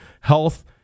health